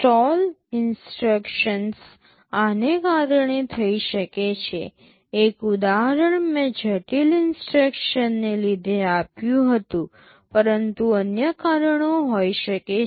stall instructions આને કારણે થઈ શકે છે એક ઉદાહરણ મેં જટિલ ઇન્સટ્રક્શન્સને લીધે આપ્યું હતું પરંતુ અન્ય કારણો હોઈ શકે છે